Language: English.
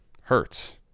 Hurts